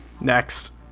next